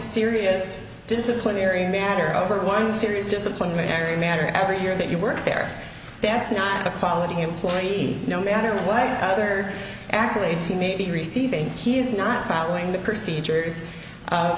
serious disciplinary matter over one serious disciplinary matter every year that you were there that's not a quality employee no matter what other accolades he may be receiving he is not following the procedures